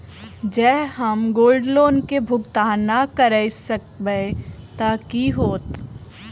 जँ हम gold loan केँ भुगतान न करऽ सकबै तऽ की होत?